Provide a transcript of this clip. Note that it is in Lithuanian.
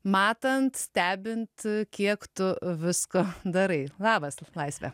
matant stebint kiek tu visko darai labas laisve